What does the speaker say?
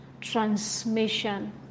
transmission